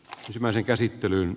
ryhmän käsittelyyn